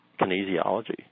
kinesiology